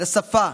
לשפה,